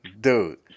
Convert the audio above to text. Dude